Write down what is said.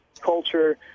culture